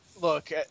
Look